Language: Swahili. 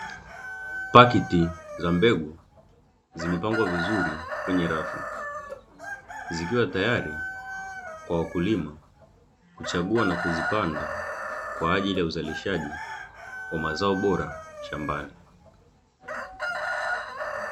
Pakiti za mbegu zimepangwa vizuri kwenye rafu, zikiwa tayari kwa wakulima kuchagua na kuzipanda kwa ajili ya uzalishaji wa mazao bora shambani.